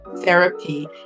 therapy